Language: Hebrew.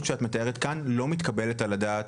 שאת מתארת כאן לא מתקבלת על הדעת.